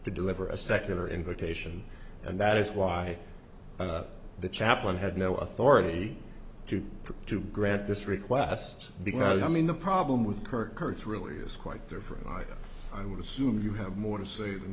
to deliver a secular invitation and that is why the chaplain had no authority to to grant this request because i mean the problem with kirk earth really is quite different i would assume you have more to say than